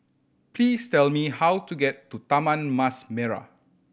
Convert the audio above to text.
please tell me how to get to Taman Mas Merah